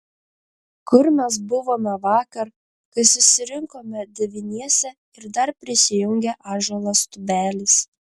kur mes buvome vakar kai susirinkome devyniese ir dar prisijungė ąžuolas tubelis